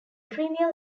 premier